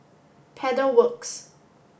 Pedal Works